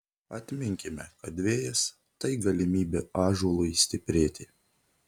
atminkime kad vėjas tai galimybė ąžuolui stiprėti